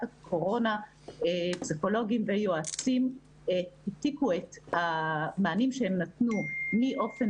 הקורונה פסיכולוגים ויועצים החליפו את המענים שהם נתנו מאופן